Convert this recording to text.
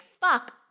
fuck